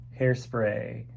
hairspray